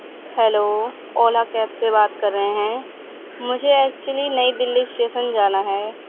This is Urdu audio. ہیلو اولا کیب سے بات کر رہے ہیں مجھے ایکچولی نئی دلی اسٹیشن جانا ہے